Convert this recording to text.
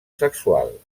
sexual